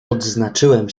odznaczyłem